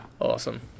Awesome